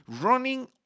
running